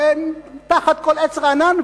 ותחת כל עץ רענן,